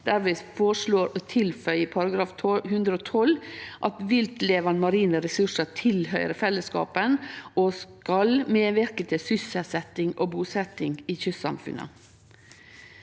frå SV om å tilføye i § 112 at viltlevande marine ressursar tilhøyrer fellesskapen og skal medverke til sysselsetjing og busetjing i kystsamfunna.